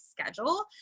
schedule